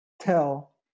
tell